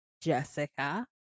Jessica